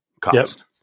cost